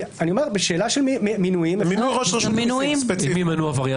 אם ימנו עבריין